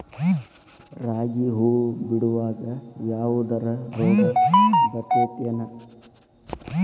ರಾಗಿ ಹೂವು ಬಿಡುವಾಗ ಯಾವದರ ರೋಗ ಬರತೇತಿ ಏನ್?